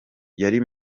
yari